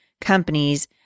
companies